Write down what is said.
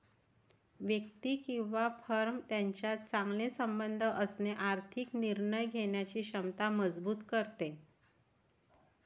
व्यक्ती किंवा फर्म यांच्यात चांगले संबंध असणे आर्थिक निर्णय घेण्याची क्षमता मजबूत करते